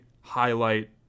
highlight